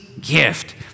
gift